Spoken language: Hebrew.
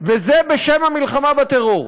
וזה בשם המלחמה בטרור.